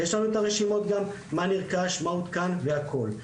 ויש לנו את הרשימות גם מה נרכש, מה הותקן והכל.